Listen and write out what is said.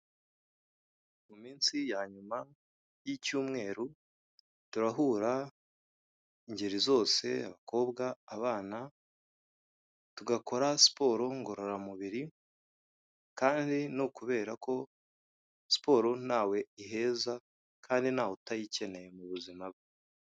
Mu minsi ya nyuma y'icyumweru turahura ingeri zose abakobwa, abana tugakora siporo ngororamubiri, kandi ni ukubera ko siporo ntawe iheza kandi ntawe utayikeneye mu buzima bwe.